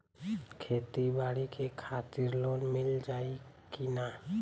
खेती बाडी के खातिर लोन मिल जाई किना?